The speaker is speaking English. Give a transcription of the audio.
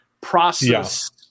process